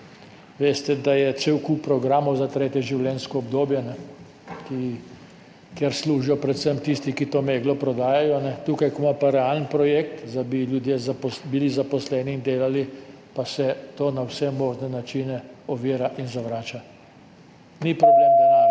veste, da je cel kup programov za tretje življenjsko obdobje, kjer služijo predvsem tisti, ki prodajajo to meglo. Tukaj, ko imamo pa realen projekt, da bi bili ljudje zaposleni in delali, pa se to na vse možne načine ovira in zavrača. Ni problem denar